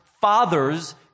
fathers